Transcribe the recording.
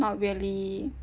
not really